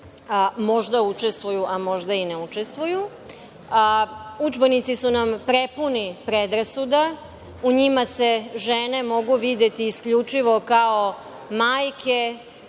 možda učestvuju, a možda i ne učestvuju. Udžbenici su nam prepuni predrasuda. U njima se žene mogu videti isključivo kao majke,